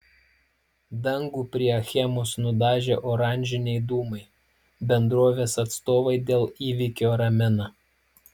dangų prie achemos nudažė oranžiniai dūmai bendrovės atstovai dėl įvykio ramina